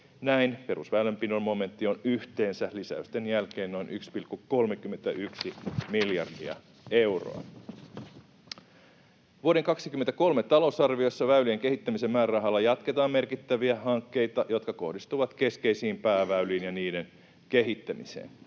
Näin perusväylänpidon momentti on yhteensä lisäysten jälkeen noin 1,31 miljardia euroa. Vuoden 23 talousarviossa väylien kehittämisen määrärahalla jatketaan merkittäviä hankkeita, jotka kohdistuvat keskeisiin pääväyliin ja niiden kehittämiseen.